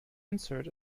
insert